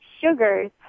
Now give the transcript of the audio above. sugars